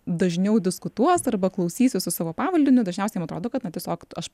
dažniau diskutuos arba klausysis su savo pavaldiniu dažniausiai jam atrodo kad na tiesiog aš